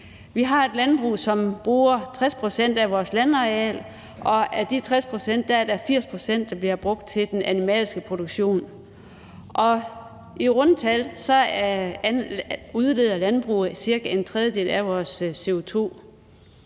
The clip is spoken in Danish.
Vi har et landbrug, som bruger 60 pct. af vores landareal, og af de 60 pct. bliver 80 pct. brugt til den animalske produktion. I runde tal udleder landbruget cirka en tredjedel af vores